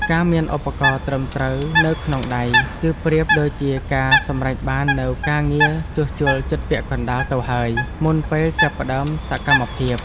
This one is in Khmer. ការមានឧបករណ៍ត្រឹមត្រូវនៅក្នុងដៃ គឺប្រៀបដូចជាការសម្រេចបាននូវការងារជួសជុលជិតពាក់កណ្តាលទៅហើយ មុនពេលចាប់ផ្តើមសកម្មភាព។